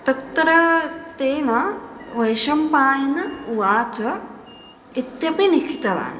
तत्र तेन वैशम्पायन उवाच इत्यपि लिखितवान्